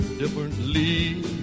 differently